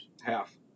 Half